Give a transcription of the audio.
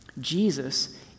Jesus